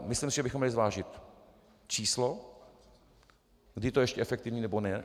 Myslím, že bychom měli zvážit číslo, kdy je to ještě efektivní nebo ne.